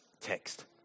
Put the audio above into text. text